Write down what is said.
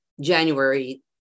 January